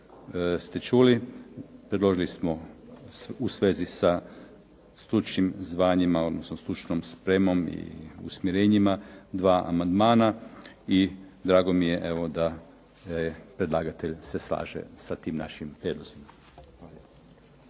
ste čuli, predložili smo u svezi sa stručnim zvanjima, odnosno stručnom spremom i usmjerenjima dva amandmana i drago mi je evo, da predlagatelj se slaže sa tim našim prijedlozima.